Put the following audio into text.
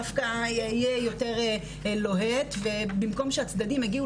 דווקא יהיה יותר לוהט במקום שהצדדים יגיעו